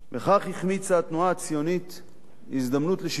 בכך החמיצה התנועה הציונית הזדמנות לשיתוף